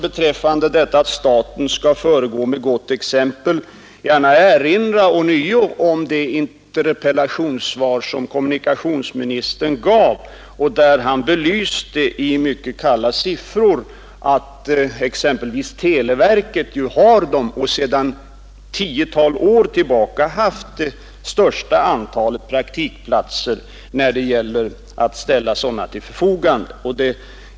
Beträffande påpekandet att staten skall föregå med gott exempel vill jag gärna ånyo erinra om det interpellationssvar som kommunikationsministern gav och där han i mycket kalla siffror belyste att exempelvis televerket har praktikplatser och sedan ett tiotal år tillbaka ställt det största antalet sådana till förfogande.